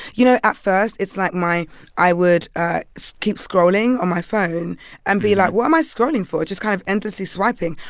you know, at first, it's like my i would so keep scrolling on my phone and be like what am i scrolling for? just kind of endlessly swiping.